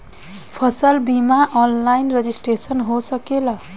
फसल बिमा online registration हो सकेला?